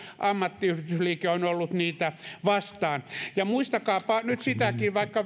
ammattiyhdistysliike on ollut niitä vastaan muistelkaapa nyt vaikka